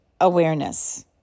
awareness